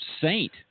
saint